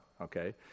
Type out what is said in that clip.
okay